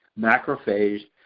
macrophage